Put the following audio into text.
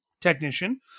technician